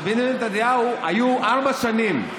לבנימין נתניהו היו ארבע שנים,